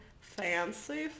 Fancy